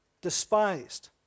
Despised